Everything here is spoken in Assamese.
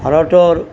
ভাৰতৰ